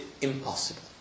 impossible